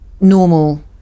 normal